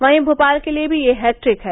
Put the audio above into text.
वहीं भोपाल के लिए भी यह हैट्रिक है